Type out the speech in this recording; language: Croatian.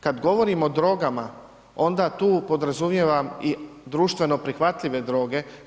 Kad govorim o drogama onda tu podrazumijevam i društveno prihvatljive droge.